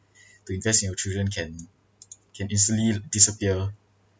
to invest in your children can can easily disappear